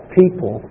people